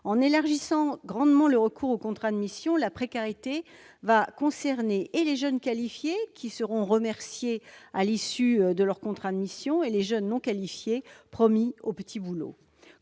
En élargissant grandement le recours aux contrats de mission, la précarité concernera autant les jeunes qualifiés qui seront remerciés à l'issue de leur contrat que les jeunes non qualifiés promis aux petits boulots.